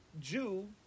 Jew